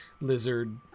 lizard